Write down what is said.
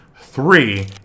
Three